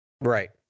Right